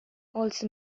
also